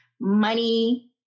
money